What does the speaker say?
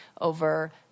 over